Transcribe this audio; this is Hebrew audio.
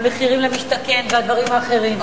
המחירים למשתכן והדברים האחרים?